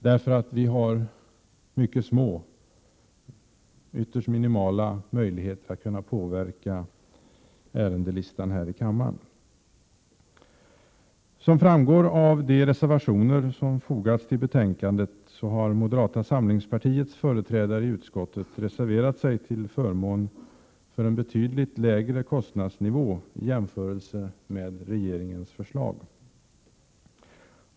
Utskottet har nämligen minimala möjligheter att påverka ärendelistan här i kammaren. Som framgår av de reservationer som har fogats till betänkandet har moderata samlingspartiets företrädare i utskottet reserverat sig till förmån för en betydligt lägre kostnadsnivå i jämförelse med regeringens förslag.